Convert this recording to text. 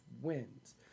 wins